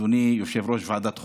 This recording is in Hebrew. אדוני יושב-ראש ועדת החוקה,